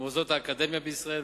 במוסדות האקדמיה בישראל.